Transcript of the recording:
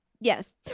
yes